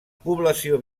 població